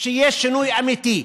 שיהיה שינוי אמיתי,